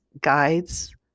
guides